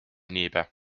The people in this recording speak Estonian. niipea